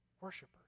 worshipers